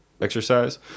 exercise